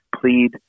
plead